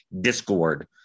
Discord